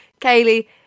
Kaylee